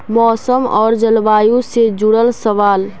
मौसम और जलवायु से जुड़ल सवाल?